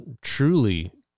truly